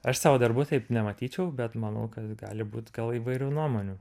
aš savo darbų taip nematyčiau bet manau kad gali būt gal įvairių nuomonių